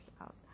out